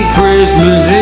Christmas